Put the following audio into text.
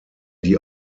die